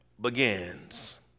begins